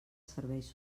serveis